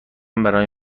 برای